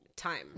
time